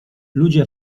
ludzie